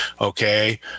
okay